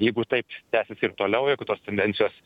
jeigu taip tęsis ir toliau jeigu tos tendencijos